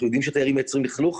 אנחנו יודעים שתיירים מייצרים לכלוך,